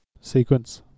sequence